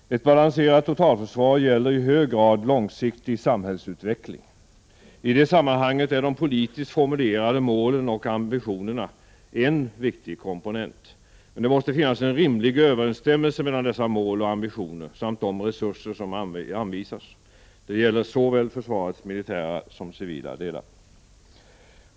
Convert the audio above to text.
Ett balanserat totalförsvar förutsätter i hög grad en långsiktig samhällsutveckling. I det sammanhanget är de politiskt formularde målen och ambitionerna en viktigt komponent. Det måste finnas en rimlig överenstämmelse mellan dessa mål och ambitioner samt de resurser som anvisas. Det gäller såväl försvarets militära som dess civila delar.